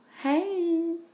Hey